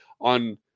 on